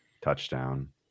touchdown